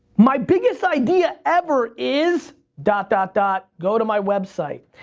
my biggest idea ever is, dot dot dot, go to my website.